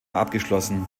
abgeschlossen